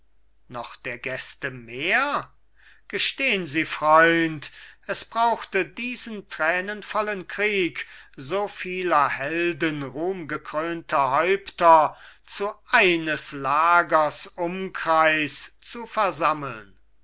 noch der gäste mehr gestehn sie freund es brauchte diesen tränenvollen krieg so vieler helden ruhmgekrönte häupter in eines lagers umkreis zu versammeln